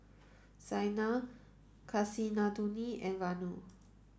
Saina Kasinadhuni and Vanu